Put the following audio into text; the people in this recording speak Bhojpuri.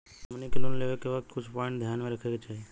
हमनी के लोन लेवे के वक्त कुछ प्वाइंट ध्यान में रखे के चाही